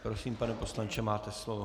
Prosím, pane poslanče, máte slovo.